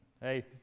Hey